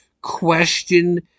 question